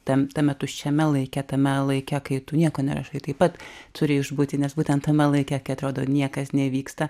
tam tame tuščiame laike tame laike kai tu nieko nerašai taip pat turi išbūti nes būtent tame laike kai atrodo niekas nevyksta